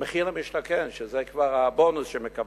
מחיר למשתכן, שזה כבר הבונוס שמקבלים.